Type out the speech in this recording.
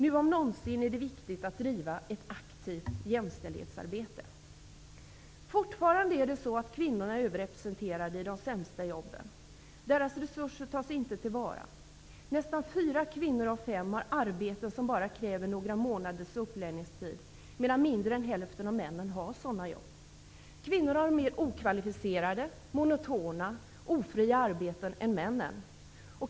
Nu om någonsin är det viktigt att driva ett aktivt jämställdhetsarbete. Fortfarande är kvinnorna överrepresenterade i de sämsta jobben. Deras resurser tas inte till vara. Nästan fyra kvinnor av fem har arbeten som bara kräver några månaders upplärningstid, medan mindre än hälften av männen har sådana jobb. Kvinnor har mer okvalificerade, monotona och ofria arbeten än männen.